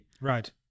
Right